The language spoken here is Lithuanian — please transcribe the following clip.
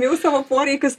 jau savo poreikius